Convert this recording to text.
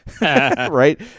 right